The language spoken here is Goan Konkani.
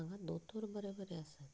हांगा दोतार बरे बरे आसात